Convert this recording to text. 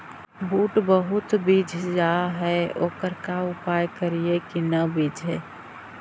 बुट बहुत बिजझ जा हे ओकर का उपाय करियै कि न बिजझे?